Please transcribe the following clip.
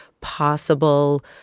possible